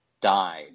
died